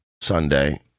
Sunday